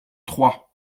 trois